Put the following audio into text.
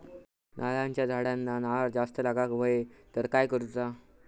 नारळाच्या झाडांना नारळ जास्त लागा व्हाये तर काय करूचा?